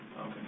Okay